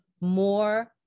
more